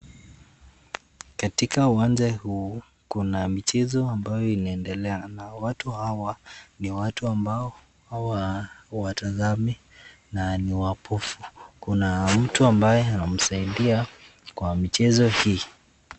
Katika uwanja huu kuna michezo ambayo inaendelea na watu hawa ni watu ambao hawatazami na ni wapofu. Kuna mtu ambaye anamsaidia kwa michezo hii.